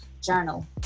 journal